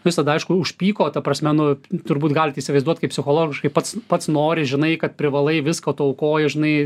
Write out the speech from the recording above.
jis tada aišku užpyko ta prasme nu turbūt galit įsivaizduot kaip psichologiškai pats pats nori žinai kad privalai viską tu aukoji žinai